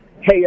hey